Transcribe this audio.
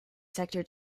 sector